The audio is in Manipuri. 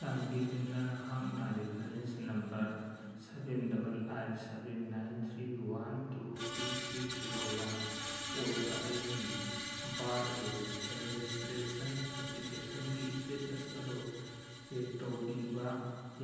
ꯆꯥꯟꯕꯤꯗꯨꯅ ꯅꯍꯥꯛꯅ reference number seven double eight seven nine three one two three six zero one ꯑꯣꯏꯕ ꯑꯩꯒꯤ ꯕꯥꯔꯠ ꯔꯦꯖꯤꯁꯇ꯭ꯔꯦꯁꯟ ꯑꯦꯄ꯭ꯂꯤꯀꯦꯁꯟꯒꯤ ꯁ꯭ꯇꯦꯇꯁ ꯑꯗꯣ ꯆꯦꯛ ꯇꯧꯕꯤꯕ